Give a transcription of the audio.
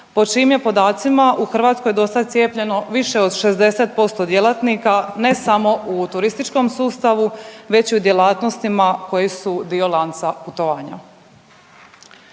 po čijim je podacima u Hrvatsko do sad cijepljeno više od 60% djelatnika ne samo u turističkom sustavu već i u djelatnostima koji su dio lanca putovanja.